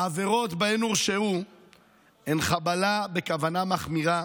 העבירות שבהן הורשעו הן חבלה בכוונה מחמירה,